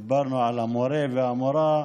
כשדיברנו על המורֶה והמורָה,